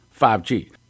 5G